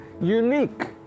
unique